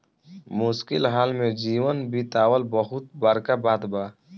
मुश्किल हाल में जीवन बीतावल बहुत बड़का बात बा